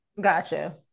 Gotcha